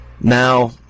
Now